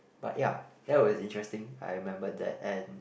but ya that was interesting I remembered that and